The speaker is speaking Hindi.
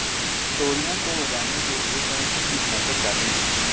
तोरियां को उगाने के लिये कौन सी कीटनाशक डालें?